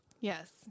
yes